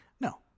No